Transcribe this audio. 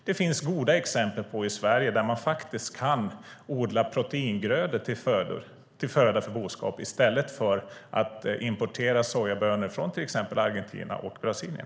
Det finns goda exempel i Sverige på att man faktiskt kan odla proteingrödor till föda för boskap i stället för att importera sojabönor från till exempel Argentina och Brasilien.